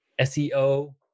seo